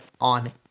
on